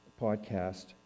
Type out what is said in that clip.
podcast